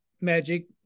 Magic